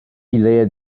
led